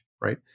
right